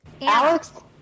Alex